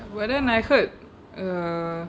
but then I heard uh